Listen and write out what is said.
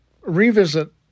revisit